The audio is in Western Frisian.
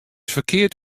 ferkeard